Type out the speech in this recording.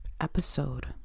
episode